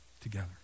together